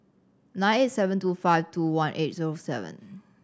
nine eight seven two five two one eight zero seven